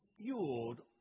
fueled